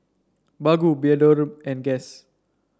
Baggu Bioderma and Guess